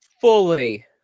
Fully